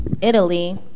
Italy